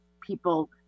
people